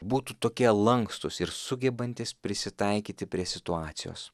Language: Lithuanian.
būtų tokie lankstūs ir sugebantys prisitaikyti prie situacijos